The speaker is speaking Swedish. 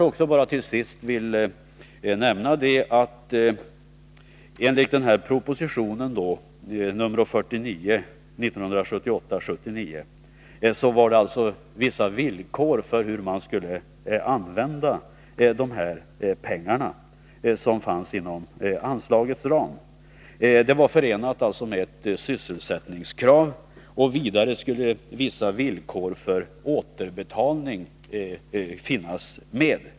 Till sist vill jag bara nämna att enligt proposition 1978/79:49 skulle vissa villkor gälla för hur de pengar som fanns inom det här anslagets ram skulle användas. Det fanns ett sysselsättningskrav, och vidare skulle vissa villkor för återbetalning finnas med.